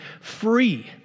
free